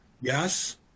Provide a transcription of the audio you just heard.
yes